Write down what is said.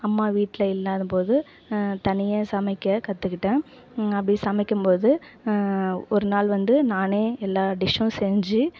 அம்மா வீட்டில் இல்லாதபோது தனியாக சமைக்கக் கற்றுக்கிட்டேன் அப்படி சமைக்கும்போது ஒரு நாள் வந்து நானே எல்லா டிஷ்ஷும் செஞ்சு